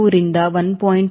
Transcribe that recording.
2 ರಿಂದ 1